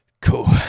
cool